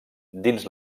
dins